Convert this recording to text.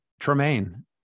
Tremaine